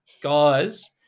guys